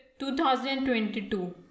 2022